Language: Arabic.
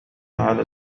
على